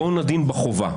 בואו נדון בחובה.